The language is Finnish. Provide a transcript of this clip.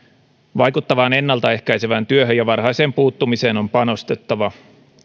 vaikuttavaan ennalta ehkäisevään työhön ja varhaiseen puuttumiseen on panostettava